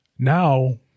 Now